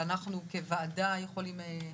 שאנחנו כוועדה יכולים לתרום.